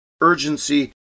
urgency